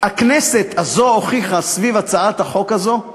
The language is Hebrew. הכנסת הזאת הוכיחה סביב הצעת החוק הזאת,